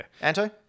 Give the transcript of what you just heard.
Anto